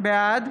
בעד